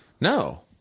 No